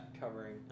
Covering